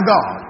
God